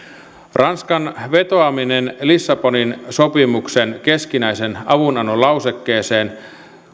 ranskan vetoaminen lissabonin sopimuksen keskinäisen avunannon lausekkeeseen